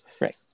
right